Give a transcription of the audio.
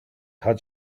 had